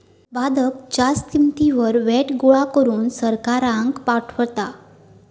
उत्पादक जास्त किंमतीवर व्हॅट गोळा करून सरकाराक पाठवता